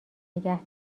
نگه